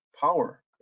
power